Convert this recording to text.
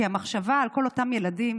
כי המחשבה על כל אותם ילדים,